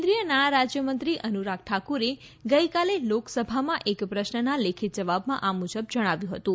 કેન્દ્રીય નાણારાજ્યમંત્રી અનુરાગ ઠાકુરે ગઇકાલે લોકસભામાં એક પ્રશ્નના લેખિત જવાબમાં આ મુજબ જણાવ્યું હતું